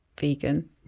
vegan